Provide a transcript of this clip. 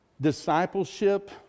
discipleship